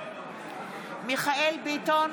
בהצבעה מיכאל מרדכי ביטון,